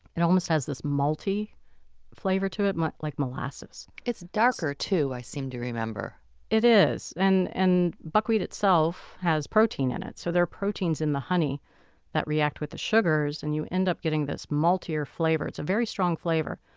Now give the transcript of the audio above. it almost has this malty flavor to it, but like molasses it's darker too, i seem to remember it is. and and buckwheat itself has protein in it so there are proteins in the honey that react with the sugars, and you end up getting this maltier flavor. it's a very strong flavor.